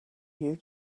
you